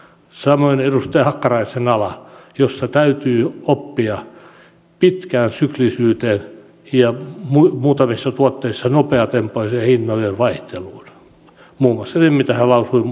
samoin edustaja hakkaraisen ala jossa täytyy oppia pitkään syklisyyteen ja muutamissa tuotteissa nopeatempoiseen hintojen vaihteluun muun muassa nyt mitä hän lausui vanerista